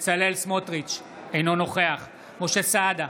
סמוטריץ' אינו נוכח משה סעדה,